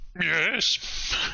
Yes